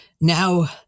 Now